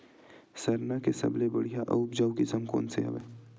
सरना के सबले बढ़िया आऊ उपजाऊ किसम कोन से हवय?